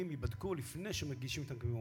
בשביל לקבל תשובה כזאת?